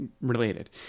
related